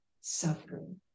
suffering